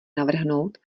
navrhnout